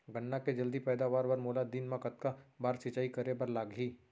गन्ना के जलदी पैदावार बर, मोला दिन मा कतका बार सिंचाई करे बर लागही?